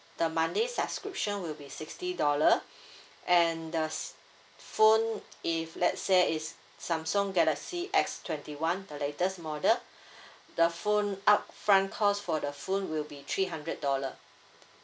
the monthly subscription will be sixty dollar and the phone if let's say it's samsung galaxy S twenty one the latest model the phone upfront cost for the phone will be three hundred dollar